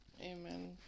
amen